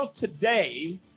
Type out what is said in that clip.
today